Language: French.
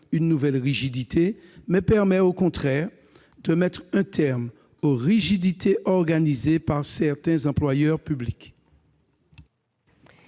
une nouvelle rigidité, cette mesure mettrait un terme aux rigidités organisées par certains employeurs publics.